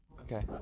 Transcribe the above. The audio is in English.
Okay